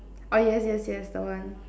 oh yes yes yes that one